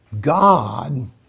God